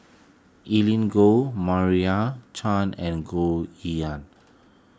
Evelyn Goh Maria Chand and Goh Yihan